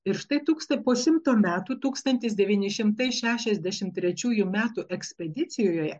ir štai tūksta po šimto metų tūkstantis devyni šimtai šešiasdešimt trečiųjų metų ekspedicijoje